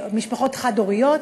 משפחות חד-הוריות,